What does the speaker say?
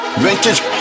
Vintage